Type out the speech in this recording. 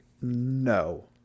No